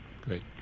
great